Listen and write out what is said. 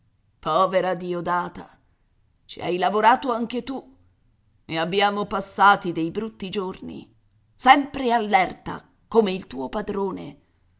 povera diodata ci hai lavorato anche tu ne abbiamo passati dei brutti giorni sempre all'erta come il tuo padrone